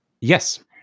Yes